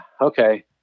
okay